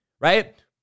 right